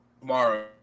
Tomorrow